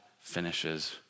finishes